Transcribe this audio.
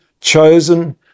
chosen